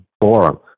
forum